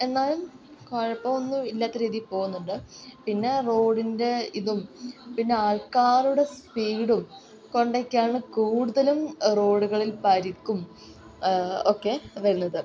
എന്നാലും കുഴപ്പമൊന്നും ഇല്ലാത്ത രീതിയിൽ പോകുന്നുണ്ട് പിന്നെ റോഡിൻ്റെ ഇതും പിന്നെ ആൾക്കാരുടെ സ്പീഡും കൊണ്ടൊക്കെയാണ് കൂടുതലും റോഡുകളിൽ പരിക്കും ഒക്കെ വരുന്നത്